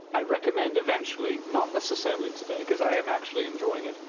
i recommend eventually, not necessarily today cause i am actually enjoying it,